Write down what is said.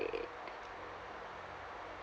at